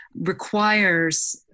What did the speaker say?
requires